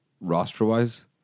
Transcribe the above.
roster-wise